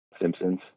Simpsons